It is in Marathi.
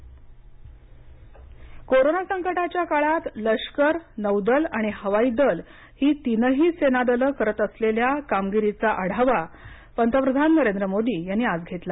मोदी रावत कोरोना संकटाच्या काळात लष्कर नौदल आणि हवाई दल ही तीनही सेना दलं करत असलेल्या कामगिरीचा आढावा पंतप्रधान नरेंद्र मोदी यांनी आज घेतला